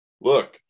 look